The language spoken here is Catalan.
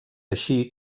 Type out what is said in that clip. així